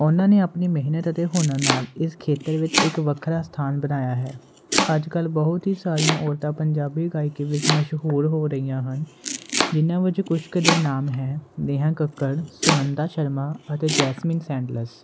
ਉਹਨਾਂ ਨੇ ਆਪਣੀ ਮਿਹਨਤ ਅਤੇ ਹੁਨਰ ਨਾਲ ਇਸ ਖੇਤਰ ਵਿੱਚ ਇੱਕ ਵੱਖਰਾ ਸਥਾਨ ਬਣਾਇਆ ਹੈ ਅੱਜ ਕੱਲ੍ਹ ਬਹੁਤ ਹੀ ਸਾਰੀਆਂ ਔਰਤਾਂ ਪੰਜਾਬੀ ਗਾਇਕੀ ਵਿੱਚ ਮਸ਼ਹੂਰ ਹੋ ਰਹੀਆਂ ਹਨ ਜਿਹਨਾਂ ਵਿੱਚ ਕੁਛ ਕੁ ਦੇ ਨਾਮ ਹੈ ਨੇਹਾ ਕੱਕੜ ਸੁਨੰਦਾ ਸ਼ਰਮਾ ਅਤੇ ਜੈਸਮੀਨ ਸੈਂਡਲਸ